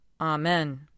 Amen